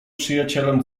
przyjacielem